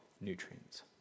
nutrients